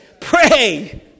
Pray